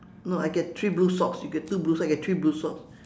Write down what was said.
no I get three blue socks you get two blue socks I get three blue socks